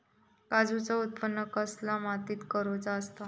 काजूचा उत्त्पन कसल्या मातीत करुचा असता?